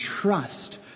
trust